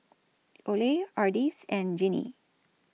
Ole Ardis and Jeannie